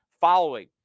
following